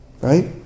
right